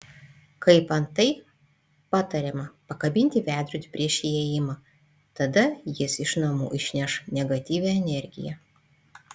kaip antai patariama pakabinti veidrodį prieš įėjimą tada jis iš namų išneš negatyvią energiją